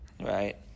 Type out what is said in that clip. Right